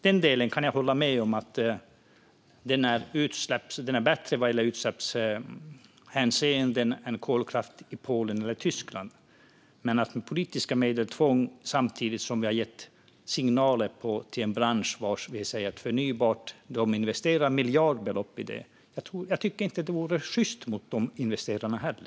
Jag kan hålla med om att kärnkraften i utsläppshänseende är bättre än kolkraft i Polen eller Tyskland. Men att tvångsupprätthålla den med politiska medel, samtidigt som vi har gett signaler till förnybartbranschen att investera miljardbelopp, tycker jag inte vore sjyst mot dessa investerare.